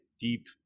deep